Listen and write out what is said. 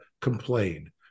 complain